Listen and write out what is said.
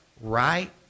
right